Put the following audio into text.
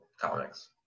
comics